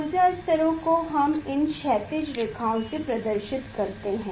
ऊर्जा स्तरों को हम इन क्षैतिज रेखाओं से प्रदर्शित कर सकते हैं